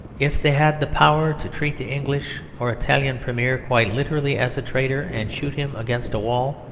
if they had the power to treat the english or italian premier quite literally as a traitor, and shoot him against a wall,